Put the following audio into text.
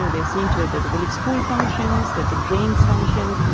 ah they're seeing to it that the village school functions, that the drains function,